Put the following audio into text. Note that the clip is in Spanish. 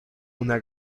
una